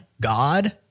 God